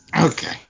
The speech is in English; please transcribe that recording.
Okay